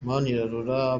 manirarora